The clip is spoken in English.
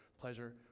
pleasure